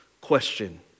question